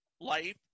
life